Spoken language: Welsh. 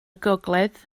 gogledd